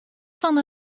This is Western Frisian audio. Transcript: fan